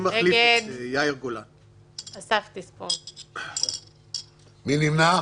מי נמנע?